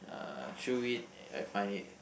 uh through it I find it